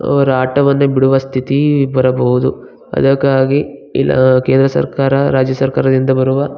ಅವರ ಆಟವನ್ನೇ ಬಿಡುವ ಸ್ಥಿತಿ ಬರಬೌದು ಅದಕ್ಕಾಗಿ ಇಲ್ಲಿ ಕೇಂದ್ರ ಸರ್ಕಾರ ರಾಜ್ಯ ಸರ್ಕಾರದಿಂದ ಬರುವ